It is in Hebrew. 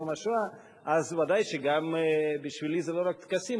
אז ודאי שגם בשבילי זה לא רק טקסים.